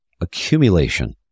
accumulation